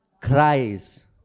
cries